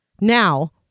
Now